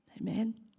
Amen